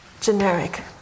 generic